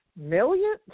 million